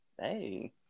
hey